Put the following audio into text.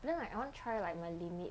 then like I want try like my limit